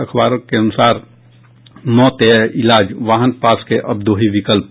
अखबार के अनुसार मौत या इलाज वाहन पास के अब दो ही विकल्प